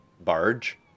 barge